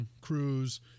Cruz